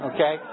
Okay